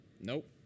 Nope